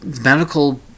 medical